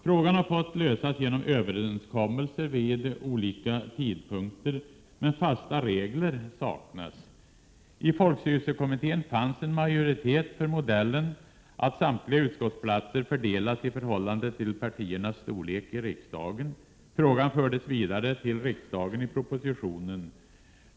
Frågan har fått lösas genom överenskommelser vid olika tidpunkter, men fasta regler saknas. I folkstyrelsekommittén fanns en majoritet för modellen att samtliga utskottsplatser fördelas i förhållande till partiernas storlek i riksdagen. Frågan fördes vidare till riksdagen i propositionen.